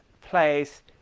place